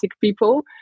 people